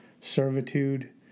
servitude